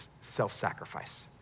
self-sacrifice